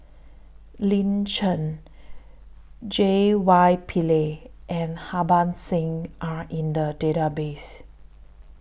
Lin Chen J Y Pillay and Harbans Singh Are in The Database